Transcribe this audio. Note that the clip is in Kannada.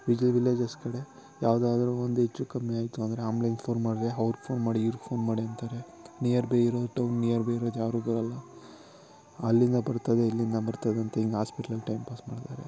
ವಿಲ್ ವಿಲೇಜಸ್ ಕಡೆ ಯಾವುದಾದ್ರು ಒಂದು ಹೆಚ್ಚು ಕಮ್ಮಿ ಆಯಿತು ಅಂದರೆ ಆಂಬ್ಲೆನ್ ಫೋನ್ ಮಾಡ್ರಿಯ ಅವ್ರಿಗೆ ಫೋನ್ ಮಾಡಿ ಇವ್ರಿಗೆ ಫೋನ್ ಮಾಡಿ ಅಂತಾರೆ ನಿಯರ್ ಬೈ ಇರೋ ಟೌನ್ ನಿಯರ್ ಬೈ ಇರೋದು ಯಾರೂ ಬರೋಲ್ಲ ಅಲ್ಲಿಂದ ಬರ್ತದೆ ಇಲ್ಲಿಂದ ಬರ್ತದಂತ ಹೀಗ್ ಆಸ್ಪಿಟ್ಲಲ್ಲಿ ಟೈಮ್ ಪಾಸ್ ಮಾಡ್ತಾರೆ